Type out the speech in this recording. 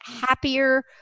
happier